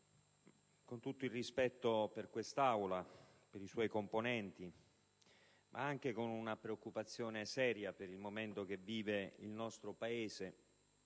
con tutto il rispetto per quest'Aula e per i suoi componenti ma anche con una preoccupazione seria per il momento che vive il nostro Paese,